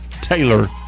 Taylor